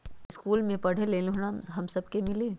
इश्कुल मे पढे ले लोन हम सब के मिली?